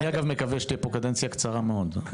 אני, אגב, מקווה שתהיה פה קדנציה קצרה מאוד.